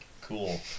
cool